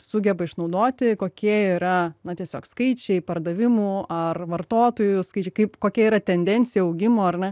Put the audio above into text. sugeba išnaudoti kokie yra na tiesiog skaičiai pardavimų ar vartotojų skaičiai kaip kokia yra tendencija augimo ar ne